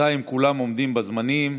בינתיים כולם עומדים בזמנים.